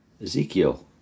Ezekiel